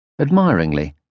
admiringly